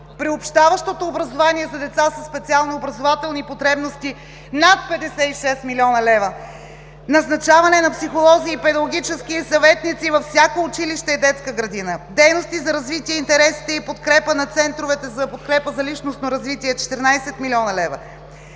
приобщаващото образование за деца със специални образователни потребности – над 56 млн. лв.; назначаване на психолози и педагогически съветници във всяко училище и детска градина; дейности за развитие интересите и подкрепа на центровете за подкрепа за личностно развитие – 14 млн. лв.;